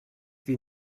wie